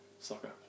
soccer